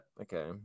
okay